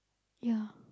ya